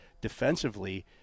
defensively